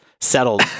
settled